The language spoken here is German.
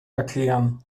erklären